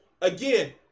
Again